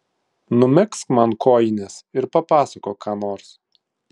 numegzk man kojines ir papasakok ką nors